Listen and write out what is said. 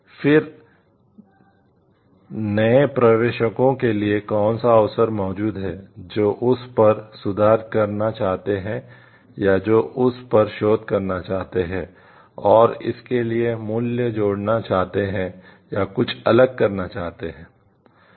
फिर नए प्रवेशकों के लिए कौन सा अवसर मौजूद है जो उस पर सुधार करना चाहते हैं या जो उस पर शोध करना चाहते हैं और इसके लिए मूल्य जोड़ना चाहते हैं या कुछ अलग करना चाहते हैं